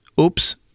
Oops